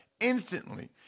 instantly